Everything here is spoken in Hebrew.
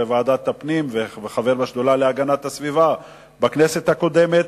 בוועדת הפנים וחבר בשדולה להגנת הסביבה בכנסת הקודמת.